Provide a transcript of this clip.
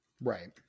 Right